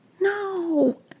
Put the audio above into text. No